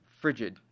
frigid